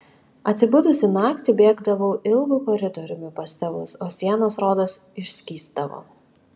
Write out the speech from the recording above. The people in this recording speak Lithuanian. atsibudusi naktį bėgdavau ilgu koridoriumi pas tėvus o sienos rodos išskysdavo